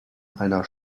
einer